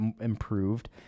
improved